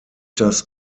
das